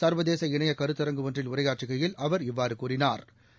சா்வதேச இணைய கருத்தரங்கு ஒன்றில் உரையாற்றுகையில் அவா் இவ்வாறு கூறினாா்